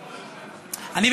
אני,